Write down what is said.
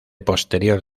posterior